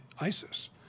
ISIS